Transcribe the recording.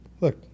Look